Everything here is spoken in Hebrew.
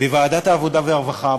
בוועדת העבודה והרווחה,